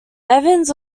evans